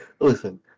listen